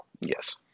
yes